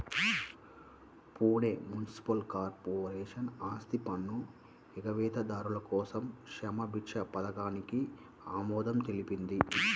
Pune municipal corporation ఆస్తిపన్ను ఎగవేతదారుల కోసం క్షమాభిక్ష పథకానికి ఆమోదం తెలిపింది